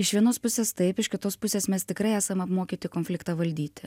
iš vienos pusės taip iš kitos pusės mes tikrai esam apmokyti konfliktą valdyti